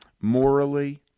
morally